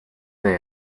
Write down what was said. they